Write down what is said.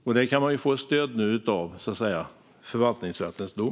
Där kan man nu få ett stöd av förvaltningsrättens dom.